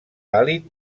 vàlid